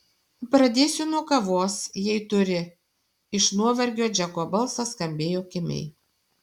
pradėsiu nuo kavos jei turi iš nuovargio džeko balsas skambėjo kimiai